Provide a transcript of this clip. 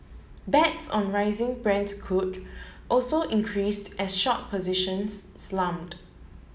bets on rising Brent crude also increased as short positions slumped